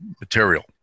material